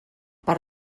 per